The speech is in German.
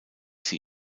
sie